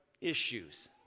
issues